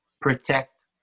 protect